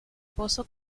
pozo